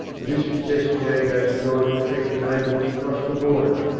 the dispos sessed jagos had gone to infect the neigh bourhoods across the border,